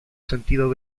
sentido